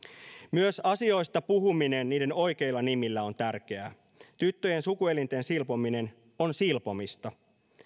myös asioista puhuminen niiden oikeilla nimillä on tärkeää tyttöjen sukuelinten silpominen on silpomista